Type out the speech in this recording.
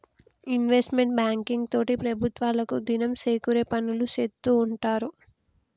investment banking తోటి ప్రభుత్వాలకు దినం సేకూరే పనులు సేత్తూ ఉంటారు